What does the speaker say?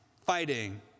fighting